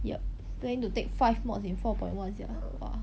yup planning to take five mods in four point one sia !wah!